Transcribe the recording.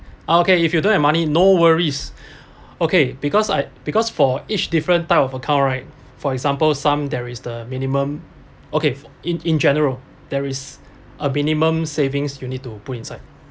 okay if you don't have money no worries okay because I because for each different type of account right for example some there is the minimum okay for in in general there is a minimum savings you need to put inside